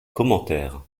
commentaires